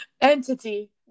Entity